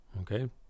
okay